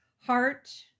heart